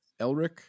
Elric